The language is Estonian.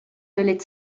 tulid